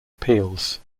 appeals